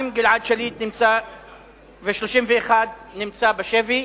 1,432 יום גלעד שליט נמצא, 31. 31. נמצא בשבי.